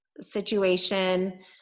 situation